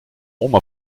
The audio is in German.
oma